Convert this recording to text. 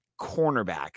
cornerback